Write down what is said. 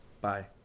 bye